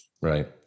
Right